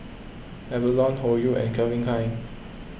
Avalon Hoyu and Calvin Klein